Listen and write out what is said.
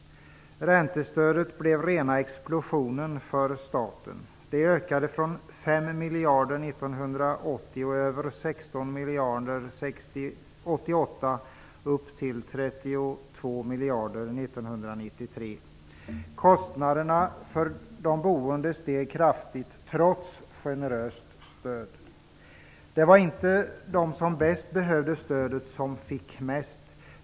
Räntestödet blev rena explosionen för staten. Det ökade från 5 miljarder kronor 1980 till 16 miljarder kronor 1988 och sedan till 32 miljarder kronor 1993. Kostnaderna för de boende steg kraftigt, trots generöst stöd. Det var inte de som bäst behövde stödet som fick mest.